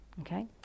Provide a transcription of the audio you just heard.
okay